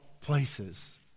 places